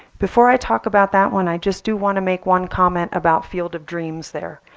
before i talk about that one i just do want to make one comment about field of dreams there.